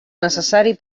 necessari